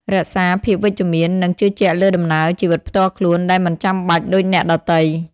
រក្សាភាពវិជ្ជមាន និងជឿជាក់លើដំណើរជីវិតផ្ទាល់ខ្លួនដែលមិនចាំបាច់ដូចអ្នកដទៃ។